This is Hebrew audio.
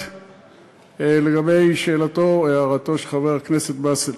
לגבי הערתו של חבר הכנסת באסל,